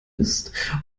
ist